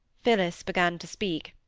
phillis began to speak,